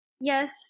Yes